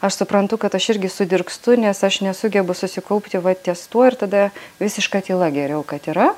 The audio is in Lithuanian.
aš suprantu kad aš irgi sudirgstu nes aš nesugebu susikaupti va ties tuo ir tada visiška tyla geriau kad yra